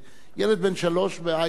אני,